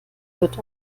wird